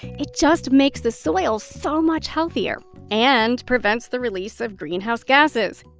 it just makes the soil so much healthier and prevents the release of greenhouse gases